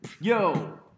Yo